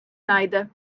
найде